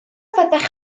fyddech